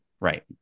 Right